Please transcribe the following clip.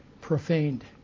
profaned